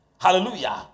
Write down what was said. Hallelujah